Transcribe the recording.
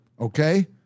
okay